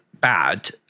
bad